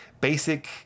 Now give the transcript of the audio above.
basic